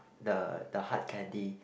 the the hard candy